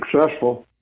successful